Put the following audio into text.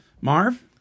Marv